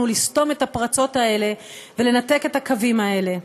לסתום את הפרצות האלה ולנתק את הקווים האלה.